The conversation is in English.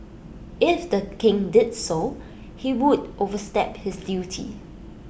if the king did so he would overstep his duty